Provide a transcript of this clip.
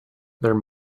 there